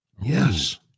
Yes